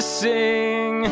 sing